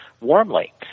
warmly